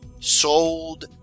sold